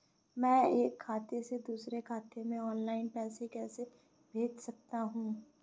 मैं एक खाते से दूसरे खाते में ऑनलाइन पैसे कैसे भेज सकता हूँ?